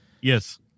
Yes